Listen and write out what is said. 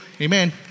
Amen